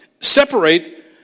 separate